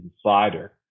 slider